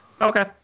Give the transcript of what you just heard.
Okay